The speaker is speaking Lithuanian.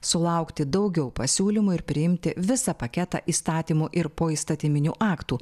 sulaukti daugiau pasiūlymų ir priimti visą paketą įstatymų ir poįstatyminių aktų